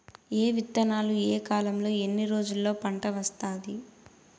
ఏ విత్తనాలు ఏ కాలంలో ఎన్ని రోజుల్లో పంట వస్తాది?